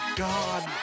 God